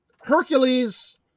Hercules